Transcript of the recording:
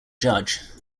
judge